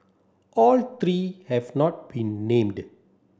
all three have not been named